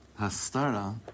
Hastara